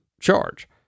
charge